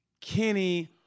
kenny